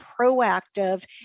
proactive